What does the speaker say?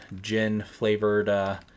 gin-flavored